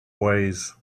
ways